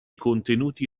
contenuti